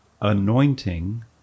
anointing